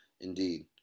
indeed